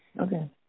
Okay